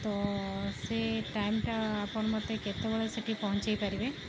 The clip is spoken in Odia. ତ ସେ ଟାଇମ୍ଟା ଆପଣ ମୋତେ କେତେବେଳେ ସେଇଠି ପହଞ୍ଚାଇ ପାରିବେ